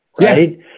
Right